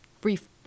brief